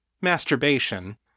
masturbation